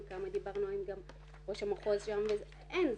דיברנו גם עם ראש המחוז שם ואין,